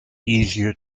easier